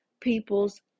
people's